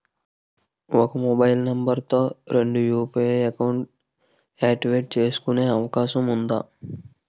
ఒక mobile number తో రెండు యు.పి.ఐ అకౌంట్స్ యాక్టివేట్ చేసుకునే అవకాశం వుందా?